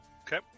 okay